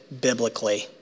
biblically